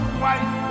white